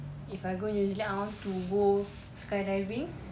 if I go new zealand I want to go sky diving